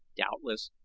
doubtless,